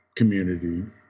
community